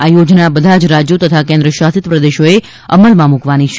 આ યોજના બધા જ રાજ્યો તથા કેન્દ્રશાસિત પ્રદેશોએ અમલમાં મૂકવાની છે